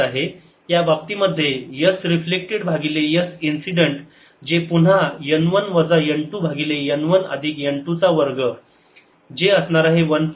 या बाबतीमध्ये S reflected भागिले S इन्सिडेंट जे पुन्हा n 1 वजा n 2 भागिले n 1 अधिक n 2 चा वर्ग जे असणार आहे 1